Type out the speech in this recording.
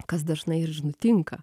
kas dažnai ir nutinka